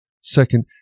Second